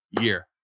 year